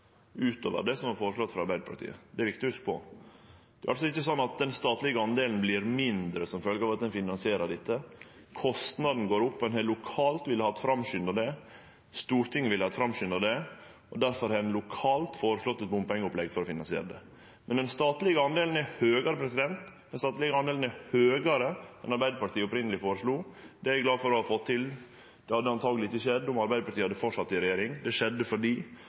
utover det som var føreslått av Arbeidarpartiet, det er viktig å hugse på. Det er ikkje slik at den statlege delen vert mindre som følgje av at ein finansierer dette. Kostnaden går opp. Ein har lokalt villa framskunda det, og Stortinget har villa framskunda det. Derfor har ein lokalt føreslått eit bompengeopplegg for å finansiere det. Den statlege delen er større enn Arbeidarpartiet opphavleg føreslo. Det er eg glad for å ha fått til, det hadde truleg ikkje skjedd om Arbeidarpartiet hadde fortsett i regjering. Det skjedde fordi